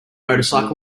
motorcycle